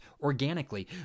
organically